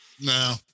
no